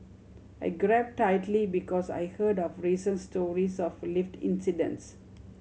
I grab tightly because I heard of recent stories of lift incidents